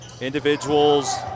individual's